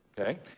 Okay